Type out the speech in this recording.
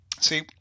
see